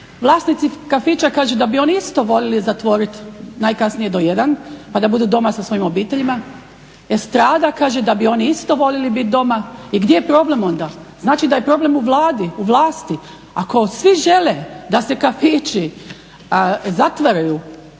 vlasnici kafića kažu da bi oni isto voljeli zatvoriti najkasnije do jedan pa da budu doma sa svojim obiteljima, estrada kaže da bi i oni isto voljeli biti doma. I gdje je problem onda? Znači da je problem u Vladi, u vlasti! Ako svi žele da se kafići zatvaraju